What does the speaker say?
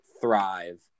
thrive